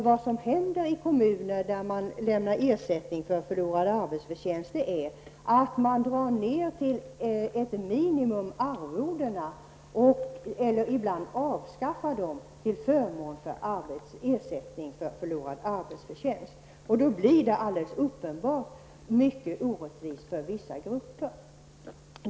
Vad som händer i kommuner där det lämnas ersättning endast för förlorad arbetsförtjänst är att arvodena dras ned till ett minimum, eller ibland avskaffas. Då blir det alldeles uppenbart mycket orättvist för vissa grupper.